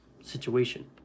situation